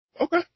Okay